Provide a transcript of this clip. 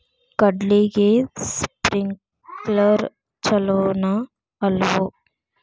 ಕಡ್ಲಿಗೆ ಸ್ಪ್ರಿಂಕ್ಲರ್ ಛಲೋನೋ ಅಲ್ವೋ?